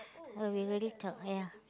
oh we rarely talk yeah